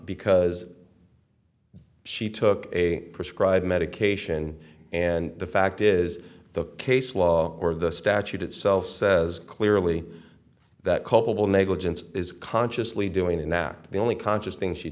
because she took a prescribed medication and the fact is the case law or the statute itself says clearly that culpable negligence is consciously doing and that the only conscious thing she